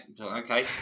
okay